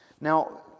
Now